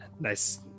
Nice